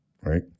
right